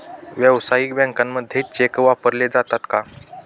व्यावसायिक बँकांमध्ये चेक वापरले जातात का?